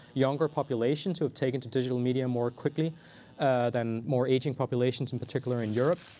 younger populations who have taken to digital media more quickly than more aging populations, in particular, in europe.